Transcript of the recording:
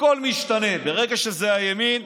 הכול משתנה, ברגע שזה הימין,